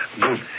good